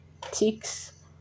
ticks